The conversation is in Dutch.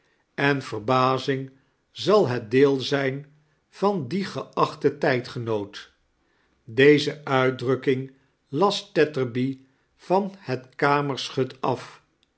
en verbazing zal het deel zqn van dien geachten tqdgenoot deze uitdrukking las tetterby van het kamerschut af